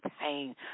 pain